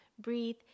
breathe